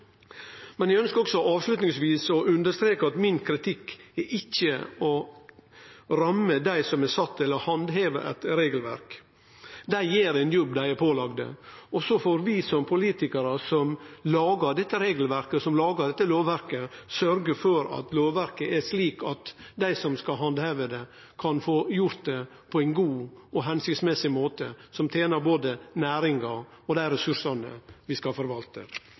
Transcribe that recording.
Eg ønskjer også avslutningsvis å understreke at min kritikk er ikkje å ramme dei som er sette til å handheve eit regelverk. Dei gjer ein jobb dei er pålagde. Så får vi som politikarar, som lagar dette regelverket og lovverket, sørgje for at lovverket er slik at dei som skal handheve det, kan få gjort det på ein god og hensiktsmessig måte, som tener både næringa og dei ressursane vi skal forvalte.